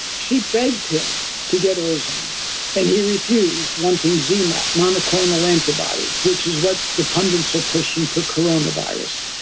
she begged him to get ozone and he refused one thing, zmab, monoclonal antibody, which is what the pundits are pushing for coronavirus.